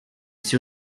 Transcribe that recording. ses